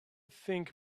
think